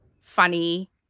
funny